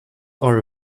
are